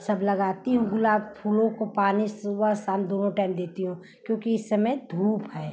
सब लगाती हूँ गुलाब फूलों को पानी सुबह शाम दोनों टाइम देती हूँ क्योंकि इस समय धूप है